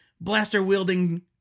blaster-wielding